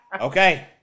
Okay